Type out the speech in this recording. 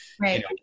right